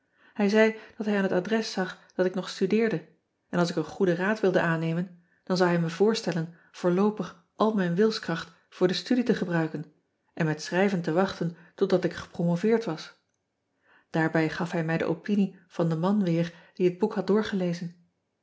ij zei dat hij aan het adres zag dat ik nog studeerde en als ik een goeden raad wilde aannemen dan zou hij me voorstellen voorloopig al mijn wilskracht voor de studie te gebruiken en met schrijven te wachten totdat ik gepromoveerd was aarbij gaf hij mij de opine van den man weer die het boek had